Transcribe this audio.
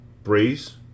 Breeze